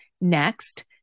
Next